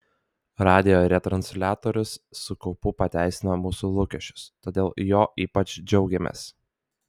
radijo retransliatorius su kaupu pateisino mūsų lūkesčius todėl juo ypač džiaugiamės